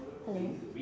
hello